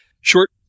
short